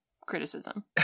criticism